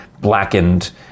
blackened